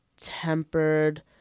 tempered